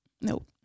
Nope